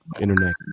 internet